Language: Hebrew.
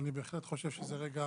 בהחלט חושב שזה רגע,